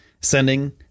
sending